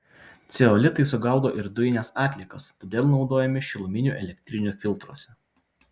ceolitai sugaudo ir dujines atliekas todėl naudojami šiluminių elektrinių filtruose